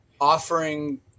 offering